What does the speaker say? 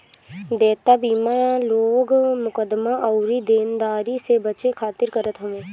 देयता बीमा लोग मुकदमा अउरी देनदारी से बचे खातिर करत हवे